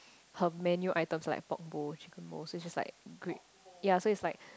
her menu items are like pork bowl chicken bowl so it's just like great yeah so it's like